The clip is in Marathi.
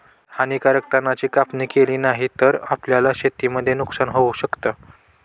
हानीकारक तणा ची कापणी केली नाही तर, आपल्याला शेतीमध्ये नुकसान होऊ शकत